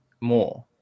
more